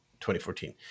2014